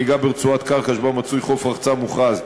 נהיגה ברצועת קרקע שבו נמצא חוף רחצה מוכרז,